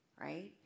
right